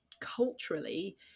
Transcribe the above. culturally